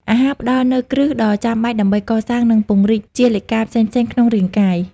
អាហារផ្តល់នូវ គ្រឹះ ដ៏ចាំបាច់ដើម្បីកសាង និងពង្រីកជាលិកាផ្សេងៗក្នុងរាងកាយ។